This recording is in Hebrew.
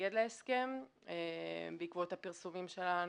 מתנגד להסכם בעקבות הפרסומים שלנו,